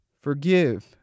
forgive